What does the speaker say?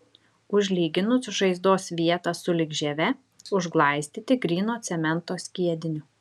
užlyginus žaizdos vietą sulig žieve užglaistyti gryno cemento skiediniu